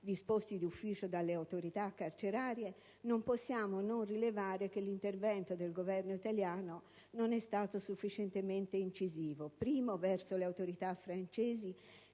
disposti d'ufficio dalle autorità carcerarie, non possiamo non rilevare che l'intervento del Governo italiano non è stato sufficientemente incisivo, in primo luogo, verso le autorità francesi,